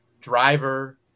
Driver